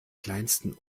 kleinsten